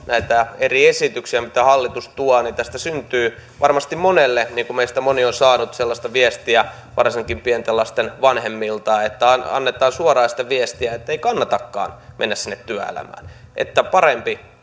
näitä eri esityksiä mitä hallitus tuo niin tästä syntyy varmasti monelle kuva kuten meistä moni on saanut sellaista viestiä varsinkin pienten lasten vanhemmilta että annetaan suoraan sitä viestiä että ei kannatakaan mennä sinne työelämään että on parempi